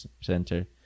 center